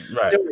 Right